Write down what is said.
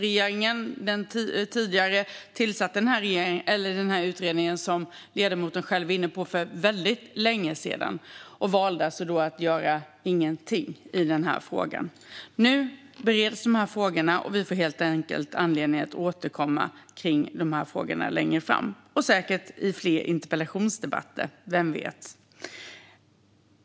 Den tidigare regeringen tillsatte den utredning som ledamoten var inne på för väldigt länge sedan och valde då att inte göra någonting i frågan. Nu bereds frågorna, och vi får helt enkelt anledning att återkomma längre fram och säkert i fler interpellationsdebatter - vem vet.